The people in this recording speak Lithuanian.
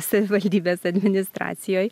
savivaldybės administracijoje